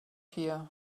here